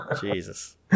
Jesus